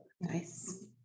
nice